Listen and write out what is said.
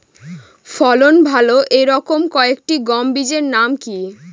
ফলন ভালো এই রকম কয়েকটি গম বীজের নাম কি?